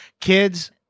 Kids